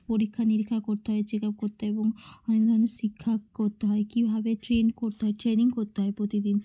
পরীক্ষা নিরীক্ষা করতে হয় চেক আপ করতে হয় এবং অনেক ধরনের শিক্ষা করতে হয় কিভাবে ট্রেন করতে হয় ট্রেনিং করতে হয় প্রতিদিন